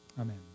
Amen